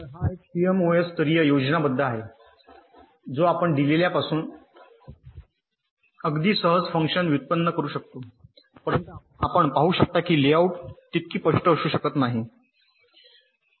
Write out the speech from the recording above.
तर हा एक सीएमओएस स्तरीय योजनाबद्ध आहे जो आपण दिलेल्यापासून अगदी सहज फंक्शन व्युत्पन्न करू शकतो परंतु आपण पाहू शकता की लेआउट तितकी स्पष्ट असू शकत नाही